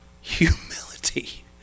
humility